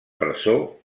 presó